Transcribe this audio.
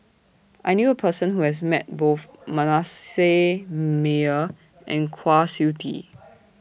I knew A Person Who has Met Both Manasseh Meyer and Kwa Siew Tee